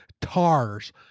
tars